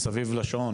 מסביב לשעון,